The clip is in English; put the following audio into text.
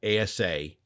ASA